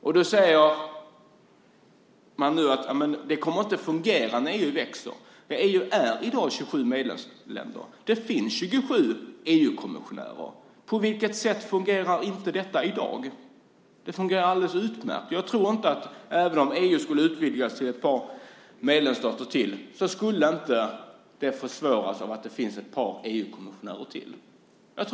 Nu säger man att det inte kommer att fungera när EU växer. EU är ju i dag 27 medlemsländer. Det finns 27 EU-kommissionärer. På vilket sätt fungerar det inte i dag? Det fungerar alldeles utmärkt. Jag tror inte att det skulle försvåras, även om EU skulle utvidgas med ett par stater och det blev ett par EU-kommissionärer till.